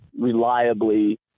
reliably